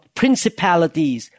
principalities